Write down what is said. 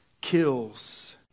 Kills